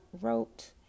wrote